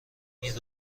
این